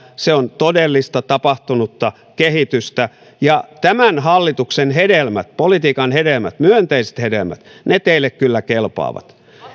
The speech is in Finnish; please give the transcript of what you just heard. se on todellista tapahtunutta kehitystä ja tämän hallituksen hedelmät politiikan hedelmät myönteiset hedelmät ne teille kyllä kelpaavat